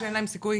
שאין להם סיכוי.